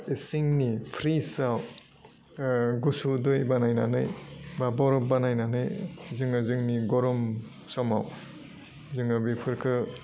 इसिंनि प्रिसआव ओह गुसु दै बानायनानै बा बर'फ बानायनानै जोङो जोंनि गरम समाव जोङो बेफोरखौ